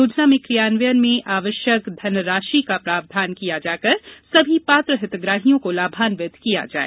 योजना के क्रियान्वयन में आवश्यक धनराशि का प्रावधान किया जाकर सभी पात्र हितग्राहियों को लाभान्वित किया जाए